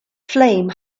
flame